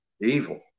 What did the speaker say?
Evil